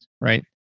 right